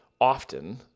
often